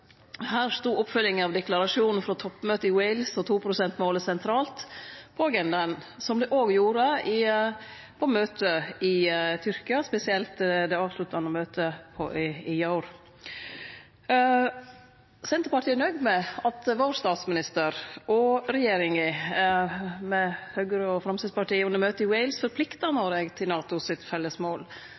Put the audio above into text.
Her stod oppfylging av deklarasjonen frå toppmøtet i Wales og 2 pst.-målet sentralt på agendaen, som det òg gjorde på møtet i Tyrkia, spesielt på det avsluttande møtet i går. Senterpartiet er nøgd med at statsministeren vår og regjeringa med Høgre og Framstegspartiet under møtet i Wales forplikta Noreg til